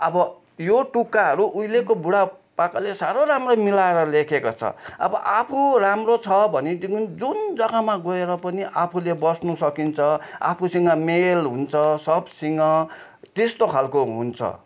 अब यो टुक्काहरू उहिलेको बुढापाकाले साह्रो राम्रो मिलाएर लेखेको छ अब आफू राम्रो छ भनेदेखि जुन जगामा गएर पनि आफूले बस्न सकिन्छ आफूसँग मेल हुन्छ सबसँग त्यस्तो खाले हुन्छ